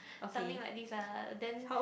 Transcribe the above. something like this lah then